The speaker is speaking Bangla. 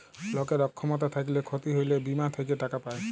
লকের অক্ষমতা থ্যাইকলে ক্ষতি হ্যইলে বীমা থ্যাইকে টাকা পায়